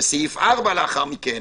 וסעיף 4 לאחר מכן,